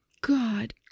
God